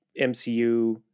MCU